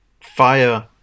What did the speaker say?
fire